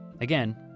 Again